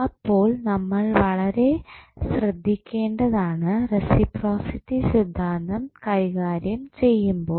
അപ്പോൾ നമ്മൾ വളരെ ശ്രദ്ധിക്കേണ്ടതാണ് റസിപ്രോസിറ്റി സിദ്ധാന്തം കൈകാര്യം ചെയ്യുമ്പോൾ